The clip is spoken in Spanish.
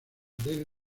del